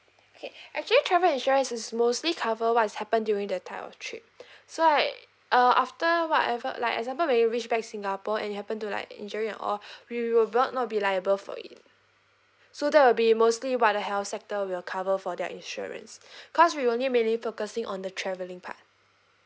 okay actually travel insurance is mostly cover what is happened during the time of trip so like uh after whatever like example when you reach back singapore and it happen to like injury and all we will brought not be liable for it so that will be mostly what the health sector will cover for their insurance cause we only mainly focusing on the travelling part